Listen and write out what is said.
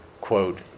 quote